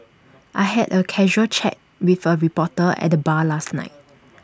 I had A casual chat with A reporter at the bar last night